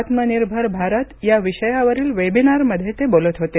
आत्मनिर्भर भारत या विषयावरील वेबिनारमध्ये ते बोलत होते